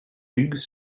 hugues